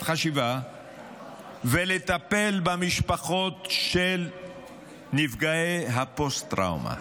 חשיבה ולטפל במשפחות של נפגעי הפוסט-טראומה,